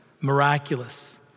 miraculous